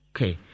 Okay